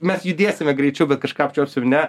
mes judėsime greičiau bet kažką apčiuopsim ne